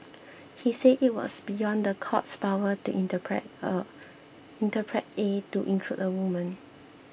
he said it was beyond the court's power to interpret interpret A to include a woman